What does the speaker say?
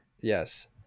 yes